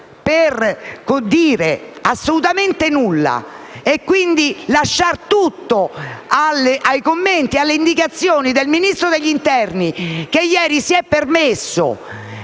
ha detto assolutamente nulla e ha lasciato tutto ai commenti e alle indicazioni del Ministro dell'interno, che ieri si è permesso